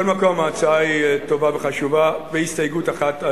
מכל מקום, ההצעה היא טובה וחשובה, בהסתייגות אחת,